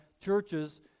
churches